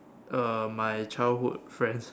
uh my childhood friend